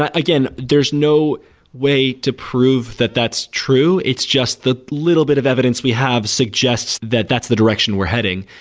but again there's no way to prove that that's true. it's just the little bit of evidence we have suggests that that's the direction we're heading,